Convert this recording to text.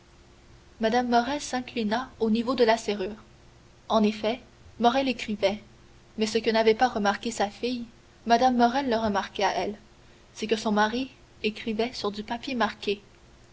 mme morrel s'inclina au niveau de la serrure en effet morrel écrivait mais ce que n'avait pas remarqué sa fille mme morrel le remarqua elle c'est que son mari écrivait sur du papier marqué